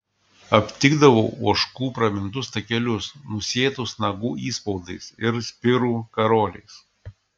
aptikdavau ožkų pramintus takelius nusėtus nagų įspaudais ir spirų karoliais